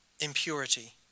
impurity